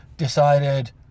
Decided